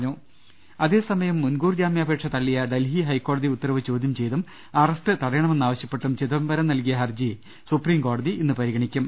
രുട്ടിട്ട്ട്ട്ട്ട്ട അതേസമയം മുൻകൂർ ജാമ്യാപേക്ഷ തള്ളിയ ഡൽഹി ഹൈക്കോടതി ഉത്തരവ് ചോദ്യം ചെയ്തും അറസ്റ്റ് തടയണമെന്ന് ആവശൃപ്പെട്ടും ചിദം ബരം നൽകിയ ഹർജി സുപ്രീം കോടതി ഇന്ന് പരിഗണിക്കും